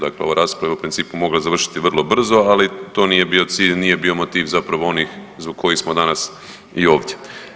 Dakle, ova rasprava je u principu mogla završiti vrlo brzo, ali to nije bio cilj, nije bio motiv zapravo onih zbog kojih smo danas i ovdje.